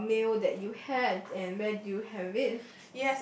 a meal that you had and where did you have it